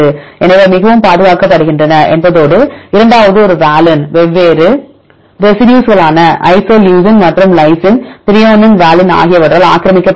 எனவே அவை மிகவும் பாதுகாக்கப்படுகின்றன என்பதோடு இரண்டாவது ஒரு வால்ன் வெவ்வேறு ரெசிடியூஸ்களான ஐசோலூசின் மற்றும் லைசின் த்ரோயோனைன் வாலின் ஆகியவற்றால் ஆக்கிரமிக்கப்பட்டுள்ளது